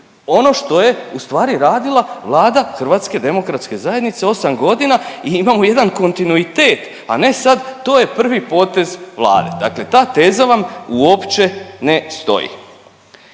ono što je ustvari radili vlada HDZ-a 8 godina i imamo jedan kontinuitet, a ne sad to je prvi potez Vlade. Dakle, ta teza vam uopće ne stoji.